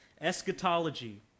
Eschatology